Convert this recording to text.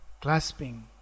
Clasping